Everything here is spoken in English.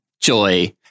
Joy